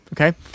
Okay